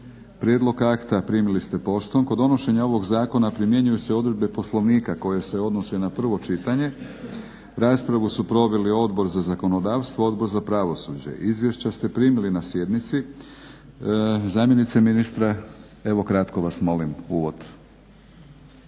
Prijedlog akta primili ste poštom. Kod donošenja ovog zakona primjenjuju se odredbe Poslovnika koje se odnose na prvo čitanje. Raspravu su proveli Odbor za zakonodavstvo, Odbor za pravosuđe. Izvješća ste primili na sjednici. Zamjenice ministra evo kratko vas molim uvod.